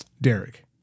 Derek